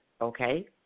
okay